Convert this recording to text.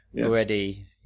already